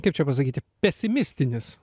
kaip čia pasakyti pesimistinis